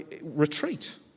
retreat